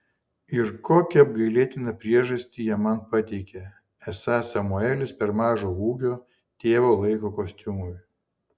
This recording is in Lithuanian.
ir kokią apgailėtiną priežastį jie man pateikė esą samuelis per mažo ūgio tėvo laiko kostiumui